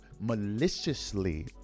maliciously